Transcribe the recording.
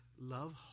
love